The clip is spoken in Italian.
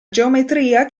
geometria